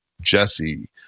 Jesse